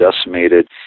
decimated